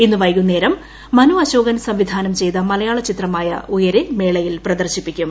ഇന്ന്വൈകുന്നേരം മനു അശോകൻ സംവിധാനം ചെയ്തമലയാള ചിത്രമായ ഉയരെ മേളയിൽ പ്രദർശിപ്പിക്കും